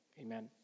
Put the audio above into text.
amen